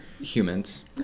humans